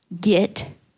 get